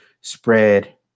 spread